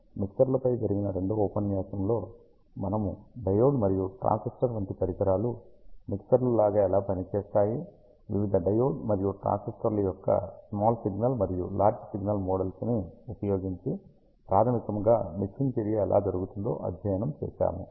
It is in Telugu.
మిక్సర్ లపై జరిగిన రెండవ ఉపన్యాసములో మనము డయోడ్ మరియు ట్రాన్సిస్టర్ వంటి పరికరాలు మిక్సర్ లు లాగా ఎలా పనిచేస్తాయి వివిధ డయోడ్ మరియు ట్రాన్సిస్టర్ ల యొక్క స్మాల్ సిగ్నల్ మరియు లార్జ్ సిగ్నల్ మోడల్స్ ని ఉపయోగించి ప్రాధమికముగా మిక్సింగ్ చర్య ఎలా జరుగుతుందో అధ్యయనం చేశాము